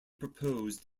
proposed